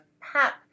pap